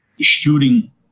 shooting